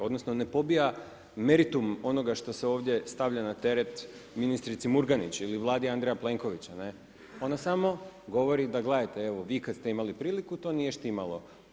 Odnosno, ne pobija meritum onoga što se ovdje stavlja na teret ministrici Murganić ili Vladi Andreja Plenkovića, ona samo govori, da gledajte, evo vi kad ste imali priliku, to nije štimalo.